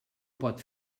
pot